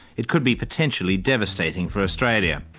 it could be potentially devastating for australia.